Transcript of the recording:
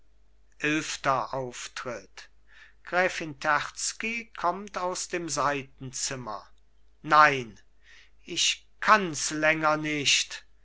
eilfter auftritt gräfin terzky kommt aus dem seitenzimmer nein ich kanns länger nicht